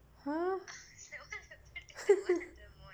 !huh!